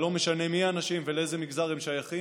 ולא משנה מי האנשים ולאיזה מגזר הם שייכים.